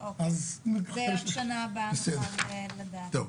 אוקיי, זה רק שנה הבאה נוכל לדעת.